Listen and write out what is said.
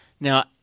Now